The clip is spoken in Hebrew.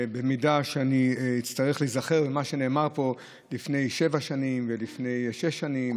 אם אני אצטרך להיזכר במה שנאמר פה לפני שבע שנים ולפני שש שנים.